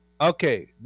Okay